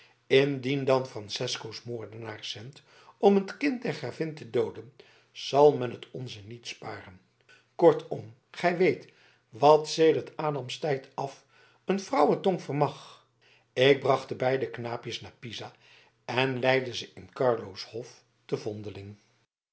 dan francesco moordenaars zendt om het kind der gravin te dooden zal men het onze niet sparen kortom gij weet wat sedert adams tijd af een vrouwetong vermag ik bracht de beide knaapjes naar pisa en leide ze in carlo's hof te vondeling